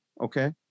okay